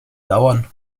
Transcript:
dauern